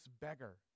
beggar